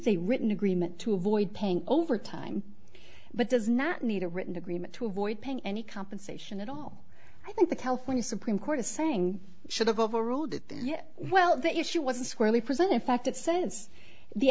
a written agreement to avoid paying overtime but does not need a written agreement to avoid paying any compensation at all i think the california supreme court is saying should have overruled it yet well the issue was squarely present in fact it says the